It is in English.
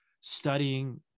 studying